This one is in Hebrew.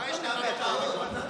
מה יש לך לומר על זה?